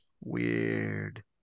Weird